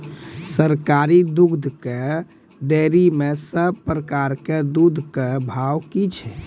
सरकारी दुग्धक डेयरी मे सब प्रकारक दूधक भाव की छै?